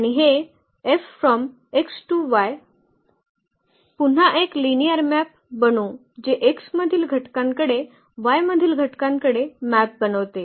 आणि हे पुन्हा एक लिनिअर मॅप बनू जे X मधील घटकांकडे Y मधील घटकांकडे मॅप बनवते